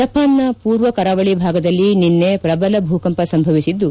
ಜಪಾನ್ನ ಪೂರ್ವ ಕರಾವಳಿ ಭಾಗದಲ್ಲಿ ನಿನ್ನೆ ಪ್ರಬಲ ಭೂಕಂಪ ಸಂಭವಿಸಿದ್ದು